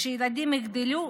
וכשהילדים יגדלו,